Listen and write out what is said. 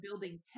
building